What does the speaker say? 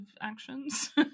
actions